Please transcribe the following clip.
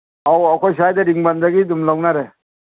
ꯑꯥꯎ ꯑꯩꯈꯣꯏ ꯁ꯭ꯋꯥꯏꯗ ꯔꯤꯡꯕꯟꯗꯒꯤ ꯑꯗꯨꯝ ꯂꯧꯅꯔꯦ